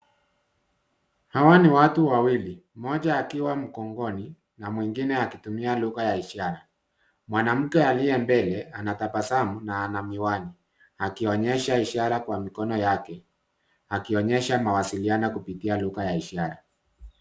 Hawa ni watu Wawili mmoja akiwa mgongoni na mwingine akitumia lugha ya ishara. Mwanamke aliye mbele anatabasamu na ana miwani akionyesha ishara kwa mikono yake akionyesha mawasiliano kupitia lugha ya ishara.